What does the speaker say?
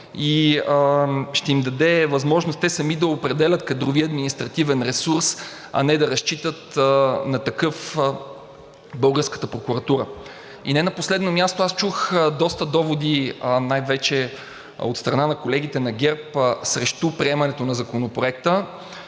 и ще им даде възможност те сами да определят кадровия и административен ресурс, а не да разчитат на такъв в българската прокуратура. И не на последно място. Аз чух доста доводи, най-вече от страна на колегите от ГЕРБ, срещу приемането на Законопроекта.